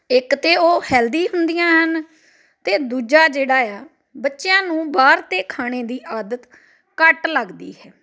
ਇੱਕ ਤਾਂ ਉਹ ਹੈਲਦੀ ਹੁੰਦੀਆਂ ਹਨ ਅਤੇ ਦੂਜਾ ਜਿਹੜਾ ਆ ਬੱਚਿਆਂ ਨੂੰ ਬਾਹਰ ਦੇ ਖਾਣੇ ਦੀ ਆਦਤ ਘੱਟ ਲੱਗਦੀ ਹੈ